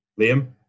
Liam